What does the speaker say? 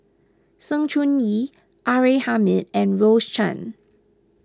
Sng Choon Yee R A Hamid and Rose Chan